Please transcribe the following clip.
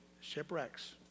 shipwrecks